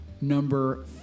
number